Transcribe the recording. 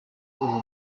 uwo